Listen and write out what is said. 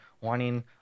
wanting